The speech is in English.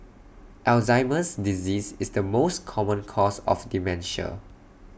Alzheimer's disease is the most common cause of dementia